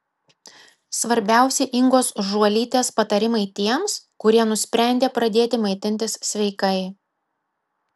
svarbiausi ingos žuolytės patarimai tiems kurie nusprendė pradėti maitintis sveikai